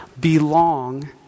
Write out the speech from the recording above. belong